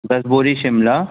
दस बोरी शिमला